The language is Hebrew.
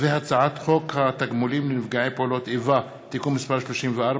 הצעת חוק התגמולים לנפגעי פעולות איבה (תיקון מס' 34)